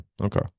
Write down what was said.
okay